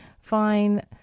fine